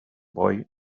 boy